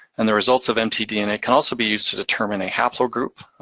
and the results of mtdna can also be used to determine a haplogroup,